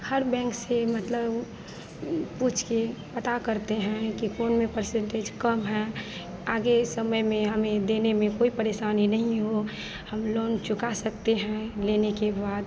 हर bank से मतलब पूछकर पता करते हैं कि कौन में पर्सेन्टेज कम है आगे समय में हमें देने में कोई परेशानी नहीं हो हम लोन चुका सकते हैं लेने के बाद